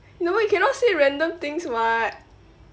no you cannot say random things [what]